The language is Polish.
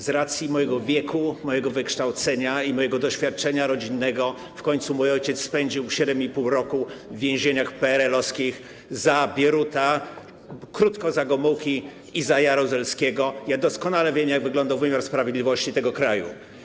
Z racji mojego wieku, mojego wykształcenia i mojego doświadczenia rodzinnego - w końcu mój ojciec spędził 7,5 roku w więzieniach PRL-owskich za Bieruta, krótko za Gomułki i za Jaruzelskiego - doskonale wiem, jak wyglądał wymiar sprawiedliwości tego kraju.